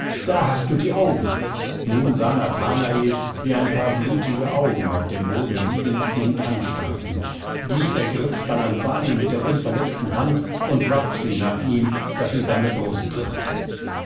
da hast du die augen nun sah nathanael wie ein paar blutige augen auf dem boden liegend ihn anstarrten die ergriff spalanzani mit der unverletzten hand und warf sie nach ihm daß sie seine brust trafen